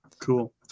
Cool